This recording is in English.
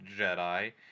Jedi